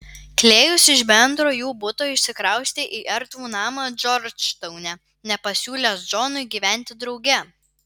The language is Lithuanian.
klėjus iš bendro jų buto išsikraustė į erdvų namą džordžtaune nepasiūlęs džonui gyventi drauge